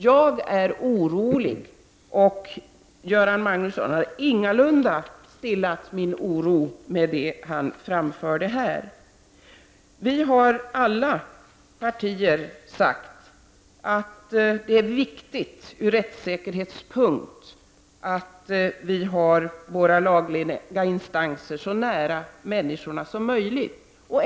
Jag är orolig, och Göran Magnusson har ingalunda stillat min oro med det han här framförde. Alla partier har sagt att det är viktigt ur rättssäkerhetssynpunkt att de lagliga instanserna är så nära människorna som möjligt.